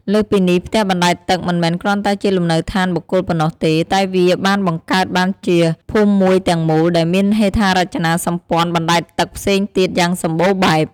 លើសពីនេះ ផ្ទះបណ្ដែតទឹកមិនមែនគ្រាន់តែជាលំនៅឋានបុគ្គលប៉ុណ្ណោះទេ តែវាបានបង្កើតបានជាភូមិមួយទាំងមូល ដែលមានហេដ្ឋារចនាសម្ព័ន្ធបណ្ដែតទឹកផ្សេងទៀតយ៉ាងសម្បូរបែប។